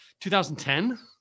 2010